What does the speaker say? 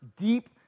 deep